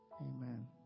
Amen